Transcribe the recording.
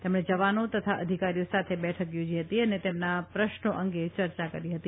તેમણે જવાનો તથા અધિકારીઓ સાથે બેઠક યોજી હતી અને તેમના પ્રશ્નો અંગે ચર્ચા કરી હતી